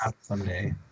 someday